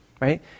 right